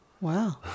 Wow